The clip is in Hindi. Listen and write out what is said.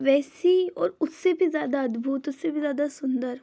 वैसी और उससे भी ज्यादा अद्भुत उससे भी ज्यादा सुंदर